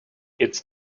its